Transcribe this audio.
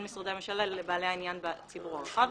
משרדי ממשלה ובין בעלי העניין בציבור הרחב.